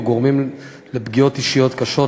הגורמים לפגיעות אישיות קשות,